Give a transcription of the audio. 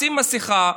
שים מסכה,